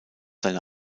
seine